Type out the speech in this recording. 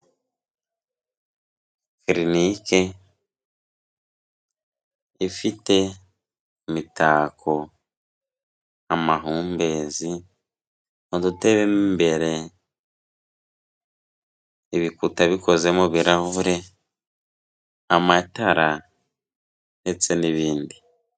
Kirinike ifite imitako, amahumbezi, udutebe mo imbere, ibikuta bikozemo birahure, amatara ndetse n'ibindi.